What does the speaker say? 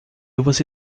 você